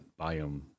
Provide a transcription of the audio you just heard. biome